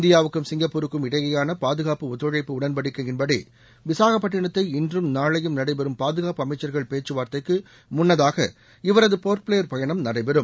இந்தியாவுக்கும் சிங்கப்பூருக்கும் இடையேயான பாதுகாப்பு ஒத்துழைப்பு உடன்படிக்கையின்படி விசாகப்பட்டினத்தை இன்றும் நாளையும் நடைபெறும் பாதுகாப்பு அமைச்சர்கள் பேச்சவார்த்தைக்கு முன்னதாக இவரது போர்ட்பிளேயர் பயணம் நடைபெறும்